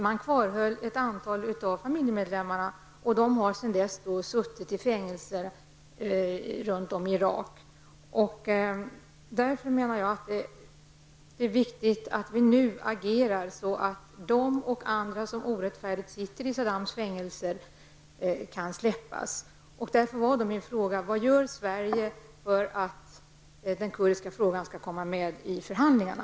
Man kvarhöll ett antal av familjemedlemmarna, och sedan dess har dessa suttit i fängelse runt om i Irak. Därför menar jag att det är viktigt vi agerar nu, så att dessa människor och alla andra som orättfärdigt sitter i Saddam Husseins fängelser kan släppas. Min fråga lydde därför: Vad gör Sverige för att den kurdiska frågan skall komma upp vid förhandlingarna?